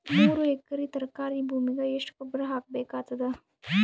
ಮೂರು ಎಕರಿ ತರಕಾರಿ ಭೂಮಿಗ ಎಷ್ಟ ಗೊಬ್ಬರ ಹಾಕ್ ಬೇಕಾಗತದ?